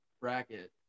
bracket